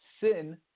sin